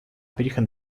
virgen